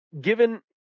Given